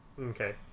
Okay